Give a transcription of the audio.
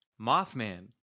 mothman